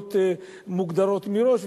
כמויות מוגדרות מראש.